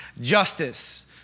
justice